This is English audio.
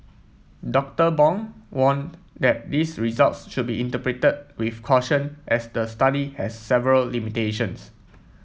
Doctor Bong warned that these results should be interpreted with caution as the study has several limitations